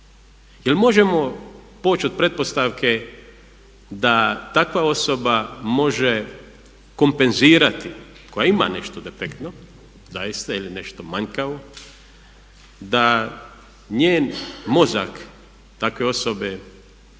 možemo poći od pretpostavke da takva osoba može kompenzirati koja ima nešto defektno zaista ili nešto manjkavo, da njen mozak takve osobe